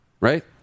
right